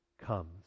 comes